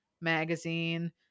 magazine